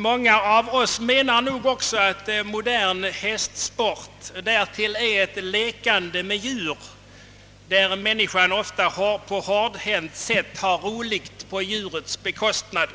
Många av oss menar nog också, att modern hästsport därtill är ett lekande med djur, där människan ofta på ett hårdhänt sätt har roligt på djurets bekostnad.